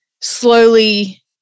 slowly